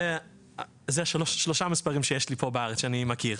זה שלושה מספרים שיש לי פה בארץ שאני מכיר.